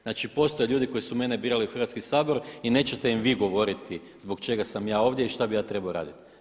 Znači, postoje ljudi koji su mene birali u Hrvatski sabor i nećete im vi govoriti zbog čega sam ja ovdje i šta bih ja trebao raditi.